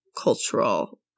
cultural